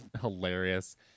hilarious